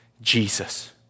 Jesus